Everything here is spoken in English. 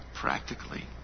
practically